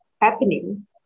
happening